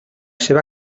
seva